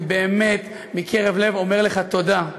אני באמת מקרב לב אומר לך תודה.